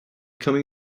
coming